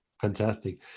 fantastic